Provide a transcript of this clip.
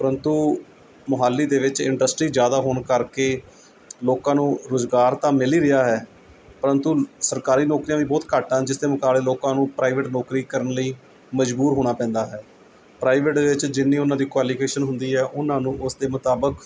ਪ੍ਰੰਤੂ ਮੋਹਾਲੀ ਦੇ ਵਿੱਚ ਇੰਡਸਟਰੀ ਜ਼ਿਆਦਾ ਹੋਣ ਕਰਕੇ ਲੋਕਾਂ ਨੂੰ ਰੁਜ਼ਗਾਰ ਤਾਂ ਮਿਲ ਹੀ ਰਿਹਾ ਹੈ ਪ੍ਰੰਤੂ ਸਰਕਾਰੀ ਨੌਕਰੀਆਂ ਵੀ ਬਹੁਤ ਘੱਟ ਹਨ ਜਿਸ ਦੇ ਮੁਕਾਬਲੇ ਲੋਕਾਂ ਨੂੰ ਪ੍ਰਾਈਵੇਟ ਨੌਕਰੀ ਕਰਨ ਲਈ ਮਜ਼ਬੂਰ ਹੋਣਾ ਪੈਂਦਾ ਹੈ ਪ੍ਰਾਈਵੇਟ ਵਿੱਚ ਜਿੰਨੀ ਉਹਨਾਂ ਦੀ ਕੁਆਲੀਫਿਕੇਸ਼ਨ ਹੁੰਦੀ ਹੈ ਉਹਨਾਂ ਨੂੰ ਉਸ ਦੇ ਮੁਤਾਬਿਕ